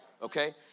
Okay